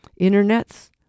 internets